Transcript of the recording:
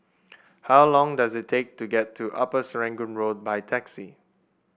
how long does it take to get to Upper Serangoon Road by taxi